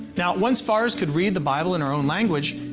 now once fars could read the bible in her own language,